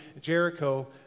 Jericho